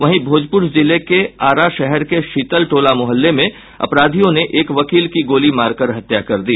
वहीं भोजपुर जिले के आरा शहर के शीतल टोला मोहल्ले में अपराधियों ने एक वकील की गोली मारकर हत्या कर दी